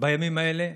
בימים האלה?